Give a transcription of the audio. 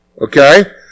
Okay